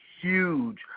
Huge